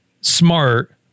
smart